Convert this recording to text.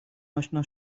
آشنا